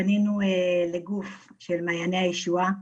פנינו לגוף של מעייני הישועה,